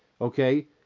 Okay